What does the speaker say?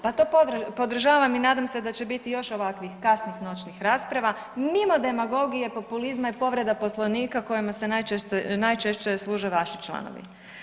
Pa to podržavam i nadam se da će biti još ovakvih kasnih noćnih rasprava mimo demagogije, populizma i povreda Poslovnika kojima se najčešće služe vaši članovi.